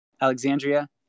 Alexandria